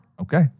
Okay